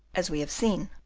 as we have seen,